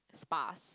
sparse